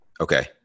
Okay